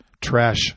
trash